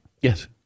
Yes